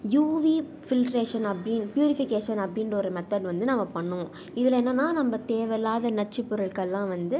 UV filtration அப்படி purification அப்படின்ற ஒரு மெத்தேட் வந்து நம்ம பண்ணுவோம் இதில் என்னென்னா நம்ம தேவையில்லாத நச்சுப் பொருட்கள்லாம் வந்து